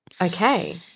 Okay